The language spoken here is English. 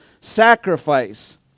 sacrifice